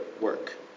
work